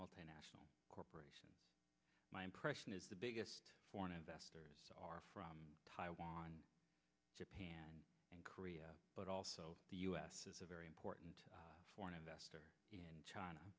multinational corporations my impression is the biggest foreign investors are from taiwan japan and korea but also the u s is a very important foreign investor in china